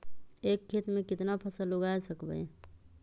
एक खेत मे केतना फसल उगाय सकबै?